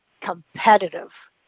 competitive